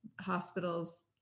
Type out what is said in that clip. hospitals